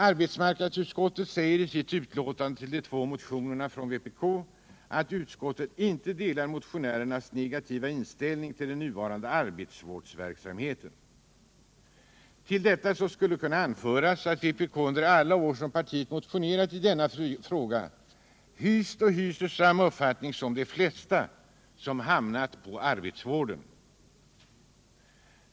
Arbetsmarknadsutskottet säger i sitt utlåtande över de två motionerna från vpk att utskottet inte delar motionärernas negativa inställning till den nuvarande arbetsvårdsverksamheten. Till detta skulle kunna anföras att vpk under alla år som partiet motionerat i denna fråga hyst och hyser samma uppfattning som de flesta som hamnat i arbetsvården.